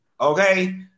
Okay